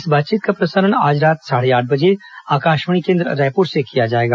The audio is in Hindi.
इस बातचीत का प्रसारण आज रात साढ़े आठ बजे आकाशवाणी केन्द्र रायपुर से किया जाएगा